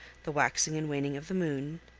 the waxing and waning of the moon,